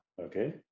Okay